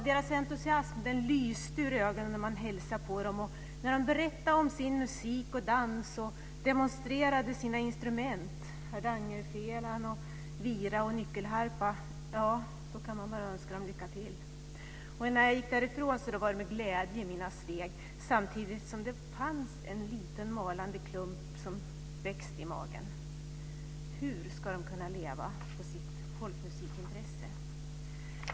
Deras entusiasm lyste ur ögonen när man hälsade på dem, och när de berättade om sin musik och dans och demonstrerade sina instrument - hardangerfela, vira och nyckelharpa - ja, då kunde man bara önska dem lycka till. När jag gick därifrån var det med glädje i mina steg, samtidigt som det fanns en liten malande klump som växte i magen - hur ska de kunna leva på sitt folkmusikintresse?